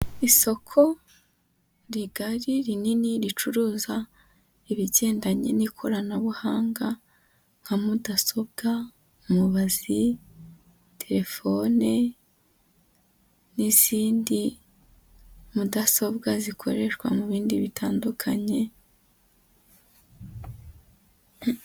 Isoko rigari rinini ricuruza ibigendanye n'ikoranabuhanga, nka mudasobwa, mubazi, telefone n'izindi mudasobwa zikoreshwa mu bindi bitandukanye.